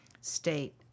state